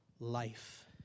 Life